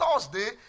Thursday